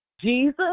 Jesus